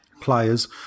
Players